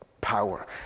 power